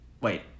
wait